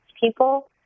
people